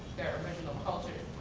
their original cultures,